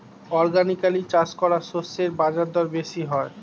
organically চাষ করা শস্যের বাজারদর বেশি হয়